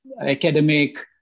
Academic